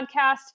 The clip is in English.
podcast